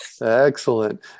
Excellent